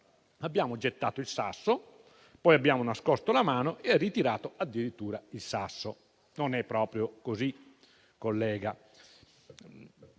abbiamo gettato il sasso, poi abbiamo nascosto la mano e addirittura ritirato il sasso. Non è proprio così, collega.